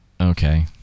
Okay